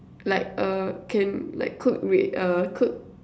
like uh can like cook with uh cook